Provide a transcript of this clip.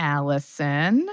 Allison